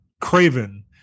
Craven